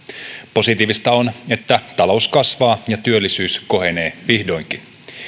positiivista on että talous kasvaa ja työllisyys kohenee vihdoinkin